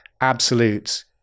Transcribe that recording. absolute